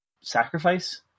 sacrifice